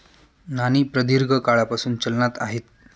नाणी प्रदीर्घ काळापासून चलनात आहेत